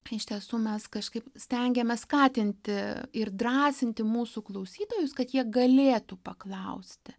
kai iš tiesų mes kažkaip stengiamės skatinti ir drąsinti mūsų klausytojus kad jie galėtų paklausti